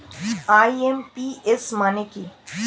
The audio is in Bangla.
আই.এম.পি.এস মানে কি?